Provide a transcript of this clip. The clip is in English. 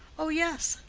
oh, yes.